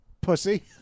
pussy